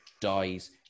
dies